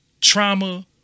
trauma